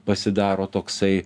pasidaro toksai